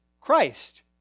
Christ